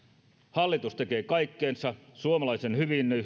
hallitus tekee kaikkensa suomalaisen